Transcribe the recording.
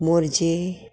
Morjim